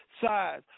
size